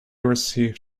received